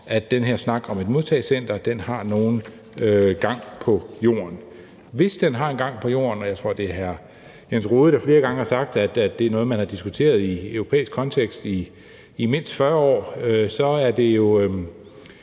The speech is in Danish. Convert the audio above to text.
om den her snak om et modtagecenter har nogen gang på jorden. Med hensyn til om den har en gang på jorden, tror jeg, det er hr. Jens Rohde, der flere gange har sagt, at det er noget, som man har diskuteret i en europæisk kontekst i mindst 40 år, og så er det jo